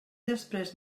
després